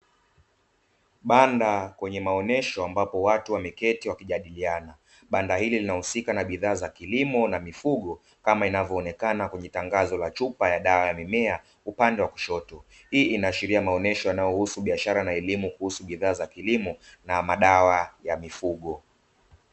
Banda kwenye maonesho ambapo watu wameketi wakijadiliana, banda hili linausika na bidhaa za kilimo na mifugo kama inavoonekana kwenye tangazo la chupa ya dawa ya mimea upande wa kushoto. Hii inaashiria maonesho yanayohusu biashara na elimu kuhusu bidhaa za kilimo na madawa ya mifugo.